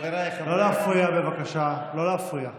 חבריי חברי הכנסת,